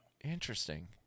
Interesting